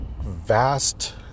vast